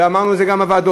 ואמרנו את זה גם בוועדות: